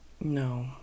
No